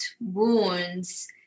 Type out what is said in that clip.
wounds